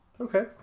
okay